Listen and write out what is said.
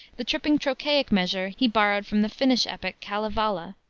the tripping trochaic measure he borrowed from the finnish epic kalevala.